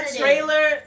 trailer